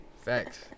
Facts